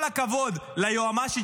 כל הכבוד ליועמ"שית,